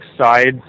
sides